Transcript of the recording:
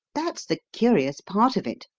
that's the curious part of it,